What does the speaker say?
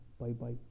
Bye-bye